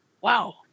Wow